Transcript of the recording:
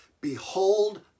Behold